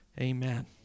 Amen